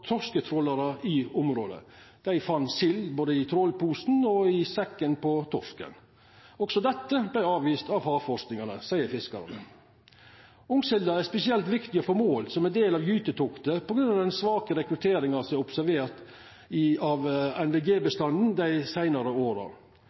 torsketrålarar i området. Dei fann sild både i trålposen og i sekken til torsken. Også dette vart avvist av havforskarane, seier fiskarane. Ungsilda er spesielt viktig å få målt som ein del av gytetoktet på grunn av den svake rekrutteringa som er observert i